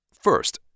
First